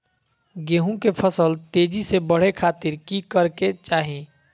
गेहूं के फसल तेजी से बढ़े खातिर की करके चाहि?